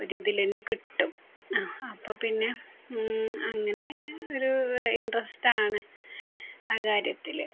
ഒരിതില്ത്തന്നെ കിട്ടും അപ്പോള്പ്പിന്നെ അങ്ങനെ ഒരു ഇൻട്രസ്റ്റാണ് ആ കാര്യത്തില്